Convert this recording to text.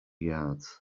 yards